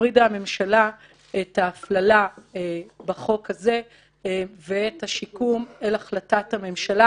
הפרידה הממשלה את ההפללה בחוק הזה ואת השיקום אל החלטת הממשלה,